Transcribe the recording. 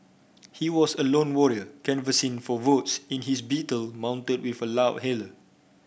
he was a lone warrior canvassing for votes in his Beetle mounted with a loudhailer